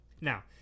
Now